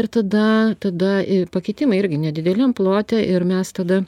ir tada tada i pakitimai irgi nedideliam plote ir mes tada